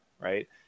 Right